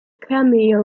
cameo